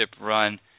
run